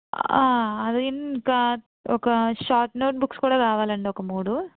అవి ఇంకా ఒక షార్ట్ నోట్ బుక్స్ కూడా కావాలండి ఒక మూడు